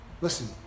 Listen